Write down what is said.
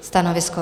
Stanovisko?